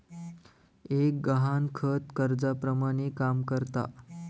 एक गहाणखत कर्जाप्रमाणे काम करता